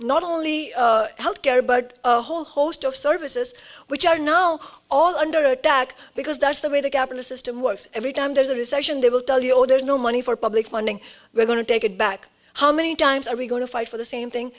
not only health care but whole host of services which are now all under attack because that's the way the capital system works every time there's a recession they will tell you oh there's no money for public funding we're going to take it back how many times are we going to fight for the same thing